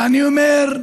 ואני אומר: